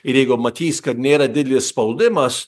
ir jeigu matys kad nėra didelis spaudimas